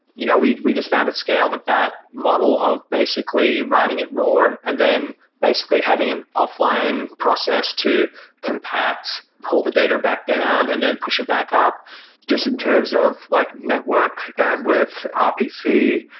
you know we we just found a scale of that model of basically writing it lower and then basically having an offline process to compact, pull the data back down and then push it back up just in terms of like network, bandwidth, rpc,